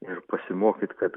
ir pasimokyt kad